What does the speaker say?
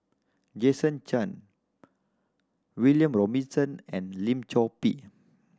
Jason Chan William Robinson and Lim Chor Pee